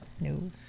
No